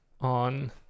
on